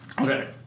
Okay